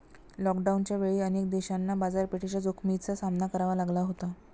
लॉकडाऊनच्या वेळी अनेक देशांना बाजारपेठेच्या जोखमीचा सामना करावा लागला होता